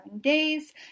days